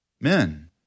Men